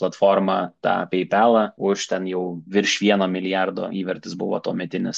platformą tą peipelą už ten jau virš vieno milijardo įvertis buvo tuometinis